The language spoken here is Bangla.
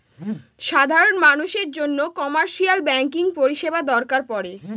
সাধারন মানুষের জন্য কমার্শিয়াল ব্যাঙ্কিং পরিষেবা দরকার পরে